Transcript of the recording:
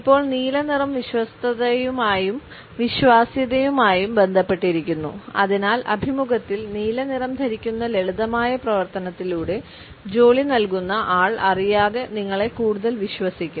ഇപ്പോൾ നീല നിറം വിശ്വസ്തതയുമായും വിശ്വാസ്യതയുമായും ബന്ധപ്പെട്ടിരിക്കുന്നു അതിനാൽ അഭിമുഖത്തിൽ നീലനിറം ധരിക്കുന്ന ലളിതമായ പ്രവർത്തനത്തിലൂടെ ജോലി നൽകുന്ന ആൾ അറിയാതെ നിങ്ങളെ കൂടുതൽ വിശ്വസിക്കും